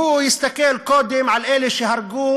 הוא יסתכל קודם על אלה שהרגו